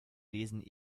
lesen